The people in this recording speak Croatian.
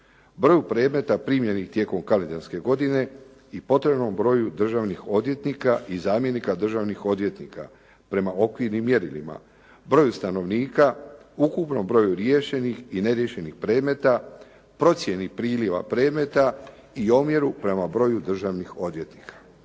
broju predmeta primljenih tijekom kalendarske godine i potrebnom broju državnih odvjetnika i zamjenika državnih odvjetnika prema okvirnim mjerilima. Broju stanovnika, ukupnom broju riješenih i neriješenih predmeta, procjeni priliva predmeta i omjeru prema broju državnih odvjetnika.